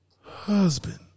husband